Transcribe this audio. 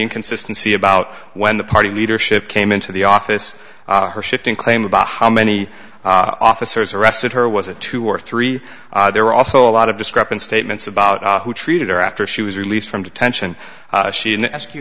inconsistency about when the party leadership came into the office her shifting claim about how many officers arrested her was it two or three there were also a lot of discrepancies statements about who treated her after she was released from detention she didn't ask you